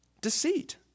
Deceit